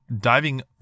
Diving